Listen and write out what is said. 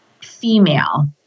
female